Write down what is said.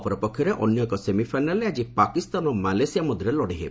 ଅପରପକ୍ଷରେ ଅନ୍ୟ ଏକ ସେମିଫାଇନାଲ୍ରେ ଆଜି ପାକିସ୍ତାନ ଓ ମାଲେସିଆ ମଧ୍ୟରେ ଲଢ଼େଇ ହେବ